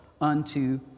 unto